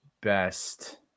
best